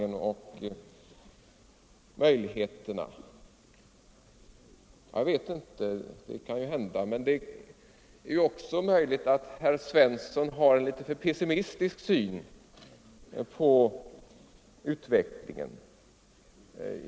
Det är ju möjligt, men det är också möjligt att herr Svensson har en alltför pessimistisk syn på utvecklingen.